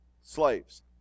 Slaves